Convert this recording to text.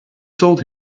told